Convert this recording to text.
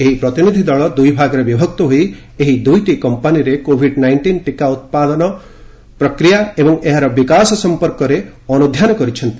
ଏହି ପ୍ରତିନିଧି ଦଳ ଦୁଇ ଭାଗରେ ବିଭକ୍ତ ହୋଇ ଏହି ଦୁଇଟି କମ୍ପାନୀରେ କୋଭିଡ୍ ନାଇଷ୍ଟିନ୍ ଟିକା ଉତ୍ପାଦନ ପ୍ରକ୍ରିୟା ଏବଂ ଏହାର ବିକାଶ ସମ୍ପର୍କରେ ଅନୁଧ୍ୟାନ କରିଛନ୍ତି